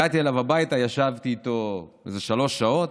הגעתי אליו הביתה, ישבתי איתו איזה שלוש שעות,